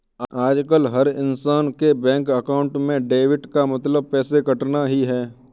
आजकल हर इन्सान के बैंक अकाउंट में डेबिट का मतलब पैसे कटना ही है